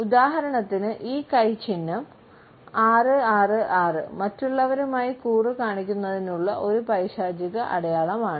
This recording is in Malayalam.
ഉദാഹരണത്തിന് ഈ കൈ ചിഹ്നം 666 മറ്റുള്ളവരുമായി കൂറ് കാണിക്കുന്നതിനുള്ള ഒരു പൈശാചിക അടയാളമാണ്